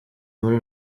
muri